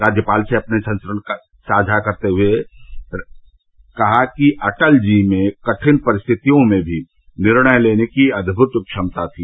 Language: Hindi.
राज्यपाल ने अपने संस्मरण साझा करते हुए कहा कि अटल जी में कठिन परिस्थितियों में भी निर्णय लेने की अद्भुत क्षमता थी